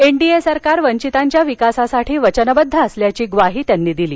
NDA सरकार वंचितांच्या विकासासाठी वचनबद्द असल्याघी ग्वाही त्यांनी दिली